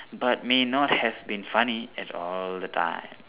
but may not have been funny at all the time